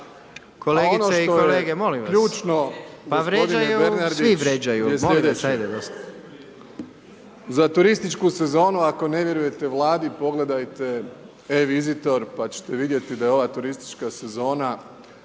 …/Upadica predsjednik: Pa vrijeđaju, svi vrijeđaju, molim vas ajde dosta./… Za turističku sezonu ako ne vjerujete Vladi, pogledajte e-Visitor pa ćete vidjeti da ova turistička sezona